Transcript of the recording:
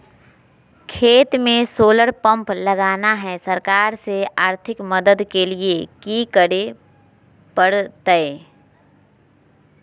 खेत में solar pump लगाना है, सरकार से आर्थिक मदद के लिए की करे परतय?